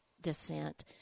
descent